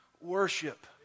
worship